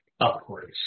upwards